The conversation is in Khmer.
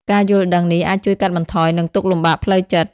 ការយល់ដឹងនេះអាចជួយកាត់បន្ថយនឹងទុក្ខលំបាកផ្លូវចិត្ត។